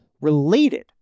related